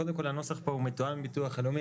קודם כול, הנוסח פה מתואם עם הביטוח הלאומי.